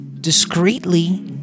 discreetly